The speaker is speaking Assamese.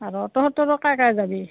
আৰু তহঁতৰো কায় কায় যাবি